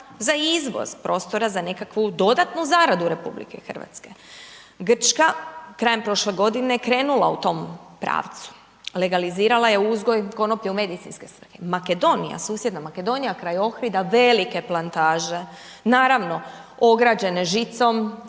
za izvoz, prostora za nekakvu dodatnu zaradu RH. Grčka, krajem prošle godine, je krenula u tom pravcu, legalizirala je uzgoj konoplje u medicinske svrhe. Makedonija, susjedna Makedonija, kroj Ohrida, velike plantaže, naravno, ograđena žicom,